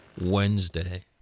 Wednesday